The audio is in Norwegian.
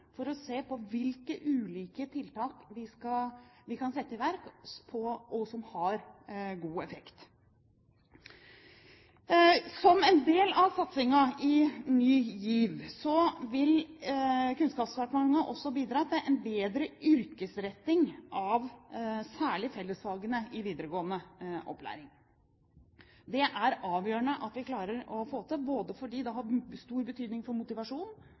for å se på hvilke ulike tiltak vi kan sette i verk, og som har god effekt. Som en del av satsingen i Ny GIV vil Kunnskapsdepartementet også bidra til en bedre yrkesretting av særlig fellesfagene i videregående opplæring. Det er avgjørende at vi klarer å få til det, ikke bare fordi det har stor betydning for